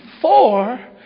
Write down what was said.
four